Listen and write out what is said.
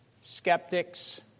skeptics